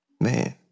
Man